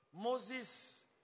Moses